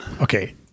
Okay